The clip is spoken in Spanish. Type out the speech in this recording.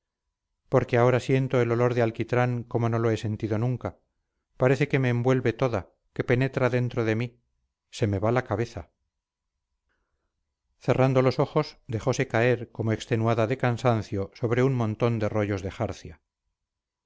porque ahora siento el olor de alquitrán como no lo he sentido nunca parece que me envuelve toda que penetra dentro de mí se me va la cabeza cerrando los ojos dejose caer como extenuada de cansancio sobre un montón de rollos de jarcia